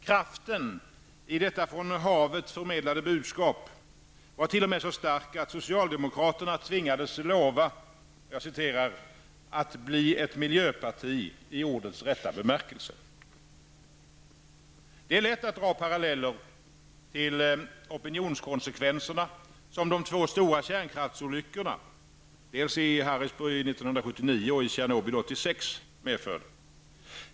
Kraften i detta från havet förmedlade budskapet var t.o.m. så starkt att socialdemokraterna tvingades lova ''att bli ett miljöparti i ordets rätta bemärkelse''. Det är lätt att dra paralleller de till opinionskonsekvenser som de två stora kärnkraftsolyckorna, i Harrisburg 1979 och Tjernobyl 1986, medförde.